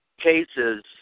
cases